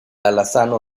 alazano